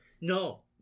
No